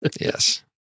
Yes